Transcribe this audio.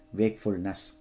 wakefulness